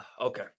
Okay